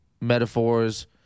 metaphors